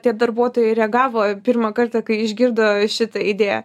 tie darbuotojai reagavo pirmą kartą kai išgirdo šitą idėją